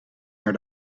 naar